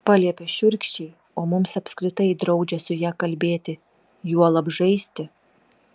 paliepia šiurkščiai o mums apskritai draudžia su ja kalbėti juolab žaisti